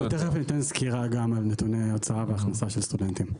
אנחנו תכף ניתן סקירה גם על נתוני הוצאה והכנסה של סטודנטים.